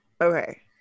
Okay